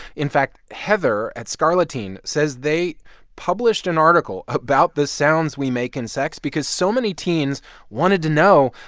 in fact, heather at scarleteen says they published an article about the sounds we make in sex because so many teens wanted to know,